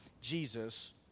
Jesus